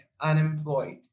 unemployed